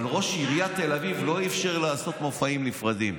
אבל ראש עיריית תל אביב לא אפשר לעשות מופעים נפרדים.